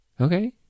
Okay